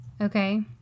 Okay